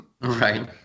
Right